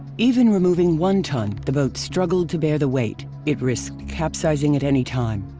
even removing one ton, the boat struggled to bear the weight, it risked capsizing at any time.